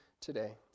today